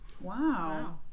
Wow